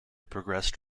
progressed